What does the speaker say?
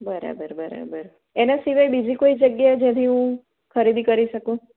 બરાબર બરાબર એના સિવાય બીજી કોઈ જગ્યાએ જ્યાંથી હું ખરીદી કરી શકું